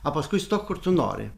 o paskui stok kur tu nori